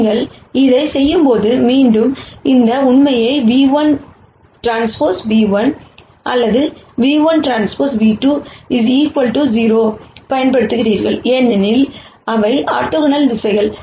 நீங்கள் இதைச் செய்யும்போது மீண்டும் இந்த உண்மையை ν₁Tν₁ அல்லது ν₁Tν₂ 0 பயன்படுத்துகிறீர்கள் ஏனெனில் இவை ஆர்த்தோகனல் திசைகள்